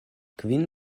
kvin